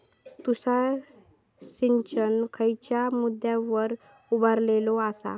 तुषार सिंचन खयच्या मुद्द्यांवर उभारलेलो आसा?